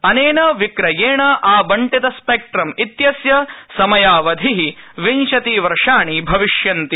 अनेन विक्रयेण आबंटित स्पद्ध्रिम् इत्यस्य समयावधि विंशतिवर्षाणि भविष्यन्ति